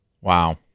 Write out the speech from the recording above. Wow